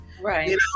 right